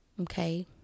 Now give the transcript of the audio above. Okay